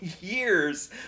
years